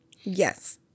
Yes